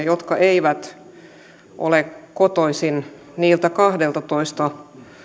jotka eivät ole kotoisin niiltä kahdeltatoista